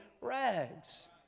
rags